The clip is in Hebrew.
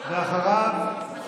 ברביבאי.